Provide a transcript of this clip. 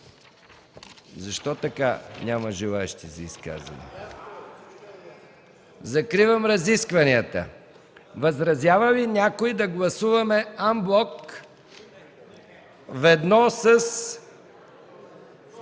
Защо така няма желаещи за изказвания? (Оживление.) Закривам разискванията. Възразява ли някой да гласуваме анблок – ведно с